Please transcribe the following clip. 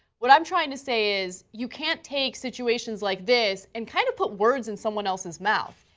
what i'm trying to say is, you cannot take situations like this and kind of put words in someone else's mouth.